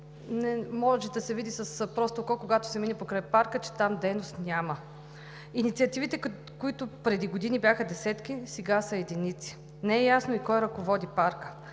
Може да се види с просто око, когато се мине покрай Парка, че там дейност няма. Инициативите, които преди години бяха десетки, сега са единици. Не е ясно и кой ръководи Парка.